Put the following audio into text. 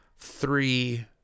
three